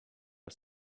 are